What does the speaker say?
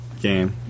game